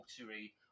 watery